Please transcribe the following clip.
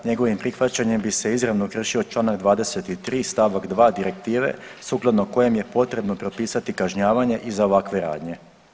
Njegovim prihvaćanjem bi se izravno kršio članak 23. stavak 2. Direktive sukladno kojem je potrebno propisati kažnjavanje i za ovakve radnje.